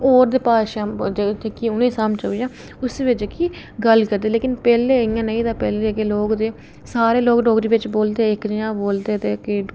होर भाशा जेह्कियां ओह् उ'नेंगी समझ आई जा उस लैंगवेज़ च जेह्की गल्ल करदे ते पैह्लें जेह्का ऐसा निं हा ते सारे लोक डोगरी बिच बोलदे हे ते कनेहा बोलदे हे